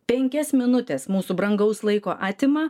penkias minutes mūsų brangaus laiko atima